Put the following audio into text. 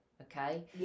okay